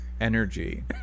Energy